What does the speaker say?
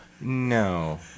No